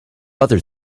other